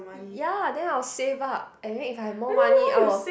ya then I will save up and if I have more money i will